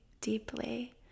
deeply